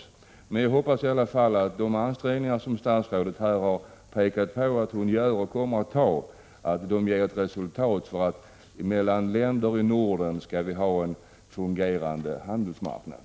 Men jag hoppas ialla — 19 mars 1987 fall att de ansträngningar som statsrådet här pekat på att hon gör och kommer att göra ger resultat; för i länderna i Norden skall vi ha en fungerande handelsmarknad.